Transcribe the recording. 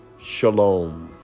Shalom